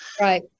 right